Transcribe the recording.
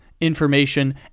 information